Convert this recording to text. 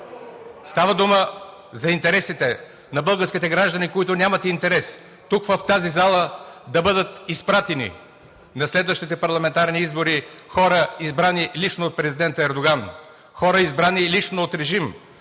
Става дума за интересите на българските граждани, които нямат интерес. Тук, в тази зала, да бъдат изпратени на следващите парламентарни избори хора, избрани лично от президента Ердоган, хора, избрани лично от режим,